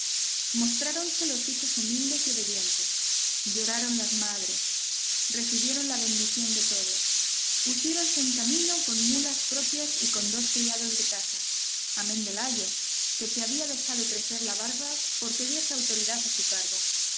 los hijos humildes y obedientes lloraron las madres recibieron la bendición de todos pusiéronse en camino con mulas propias y con dos criados de casa amén del ayo que se había dejado crecer la barba porque diese autoridad a su cargo